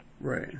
right